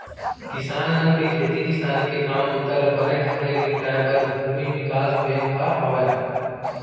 किसान मन के खेती किसानी के काम बूता ल बने ढंग ले निपटाए बर भूमि बिकास बेंक ह हावय